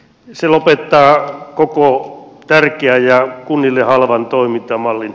se lopettaa koko tärkeän ja kunnille halvan toimintamallin